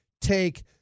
take –